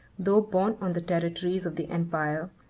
though born on the territories of the empire,